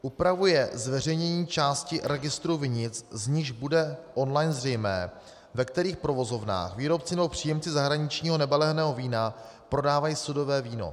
Upravuje zveřejnění části registru vinic, z nichž bude online zřejmé, ve kterých provozovnách výrobci nebo příjemci zahraničního nebaleného vína prodávají sudové víno.